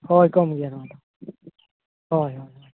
ᱦᱳᱭ ᱠᱚᱢ ᱜᱮᱭᱟ ᱱᱚᱣᱟ ᱫᱚ ᱦᱳᱭ ᱦᱳᱭ